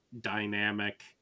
dynamic